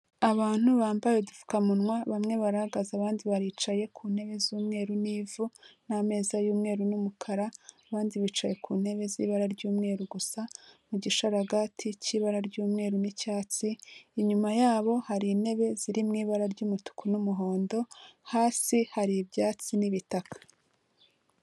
Abantu bambaye udupfukamunwa, bamwe barahagaze abandi baricaye ku ntebe z'umweru n'ivu n'ameza y'umweru n'umukara, abandi bicaye ku ntebe z'ibara ry'umweru gusa, mu gisharagati cy'ibara ry'umweru n'icyatsi, inyuma yabo hari intebe ziri mu ibara ry'umutuku n'umuhondo, hasi hari ibyatsi n'ibitaka.